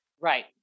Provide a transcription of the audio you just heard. Right